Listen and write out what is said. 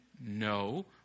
no